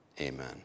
Amen